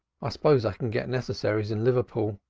i suppose i can get necessaries in liverpool.